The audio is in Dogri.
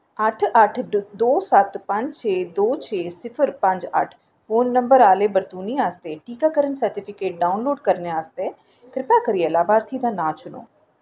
अट्ठ अट्ठ डो दो सत्त पंज छे दो छे सिफर पंज अट्ठ फोन नंबर आह्ले बरतूनी आस्तै टीकाकरण सर्टिफिकेट डाउनलोड करने आस्तै किरपा करियै लाभार्थी दा नांऽ चुनो